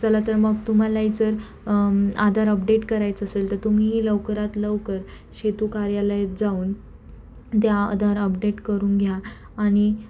चला तर मग तुम्हालाही जर आधार अपडेट करायचं असेल तर तुम्हीही लवकरात लवकर सेतू कार्यालयात जाऊन त्या आधार अपडेट करून घ्या आणि